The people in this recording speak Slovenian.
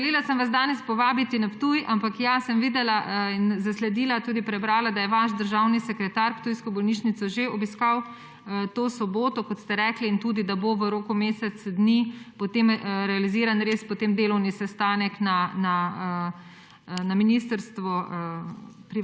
Želela sem vas danes povabiti na Ptuj, ampak ja, sem videla in zasledila, tudi prebrala, da je vaš državni sekretar ptujsko bolnišnico že obiskal to soboto, kot ste rekli, in tudi, da bo v roku meseca dni potem realiziran delovni sestanek pri vas na Ministrstvu